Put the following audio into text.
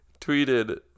Tweeted